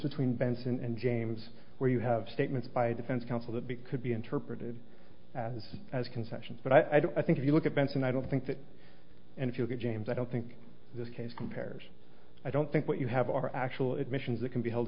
between benson and james where you have statements by defense counsel that big could be interpreted as as concessions but i don't i think if you look at benson i don't think that and if you could james i don't think this case compares i don't think what you have are actual admissions that can be held